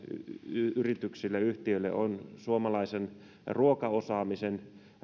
yrityksille ja yhtiöille on ja suomalaisen ruokaosaamisen